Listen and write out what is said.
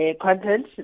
content